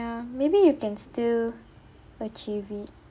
maybe you can still achieve it